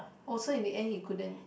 oh so in the end he couldn't